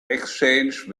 exchange